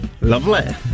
Lovely